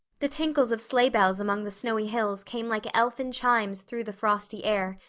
the tinkles of sleigh bells among the snowy hills came like elfin chimes through the frosty air,